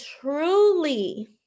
truly